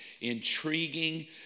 intriguing